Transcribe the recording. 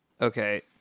Okay